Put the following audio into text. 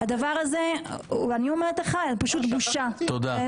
הדיון הזה היה בכפוף לזה שזה קורה באמת.